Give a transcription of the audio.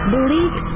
Believe